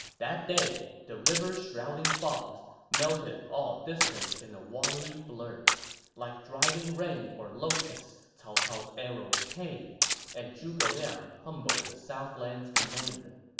that day the river-shrouding fogs melted all distance in a watery blur like driving rain or locusts cao cao's arrows came and zhuge liang humbled the southland commander